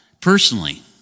personally